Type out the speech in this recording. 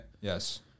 Yes